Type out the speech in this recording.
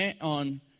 on